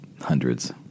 hundreds